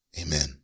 Amen